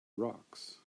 rocks